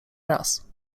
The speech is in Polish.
raz